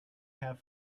have